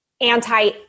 anti